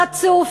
חצוף,